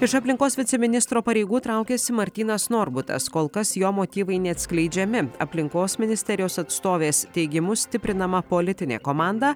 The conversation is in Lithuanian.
iš aplinkos viceministro pareigų traukiasi martynas norbutas kol kas jo motyvai neatskleidžiami aplinkos ministerijos atstovės teigimu stiprinama politinė komanda